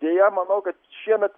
deja manau kad šiemet